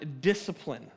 discipline